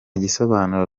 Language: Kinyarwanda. gisobanuro